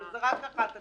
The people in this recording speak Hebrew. אבל זה רק אחת הנסיבות.